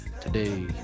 today